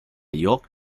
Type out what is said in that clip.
york